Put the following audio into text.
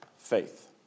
faith